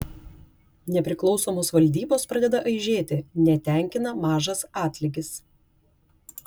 nepriklausomos valdybos pradeda aižėti netenkina mažas atlygis